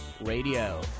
radio